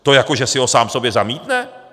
To jako že si ho sám sobě zamítne?